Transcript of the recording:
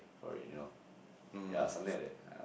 for it you know yeah something like that